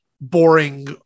boring